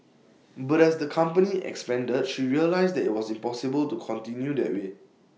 but as the company expanded she realised that IT was impossible to continue that way